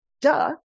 Duh